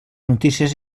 notícies